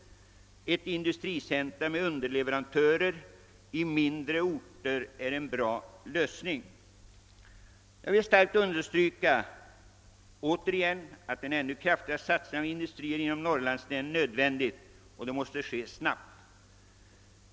Ett industricentrum med underleverantörer i mindre orter är en bra lösning. Jag vill återigen starkt betona att en ännu kraftigare satsning på industrier inom Norrlandslänen är nödvändig, och den måste ske snabbt.